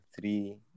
Three